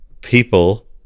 people